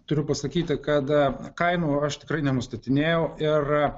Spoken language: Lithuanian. turiu pasakyti kad kainų aš tikrai nenustatinėjau ir